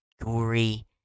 gory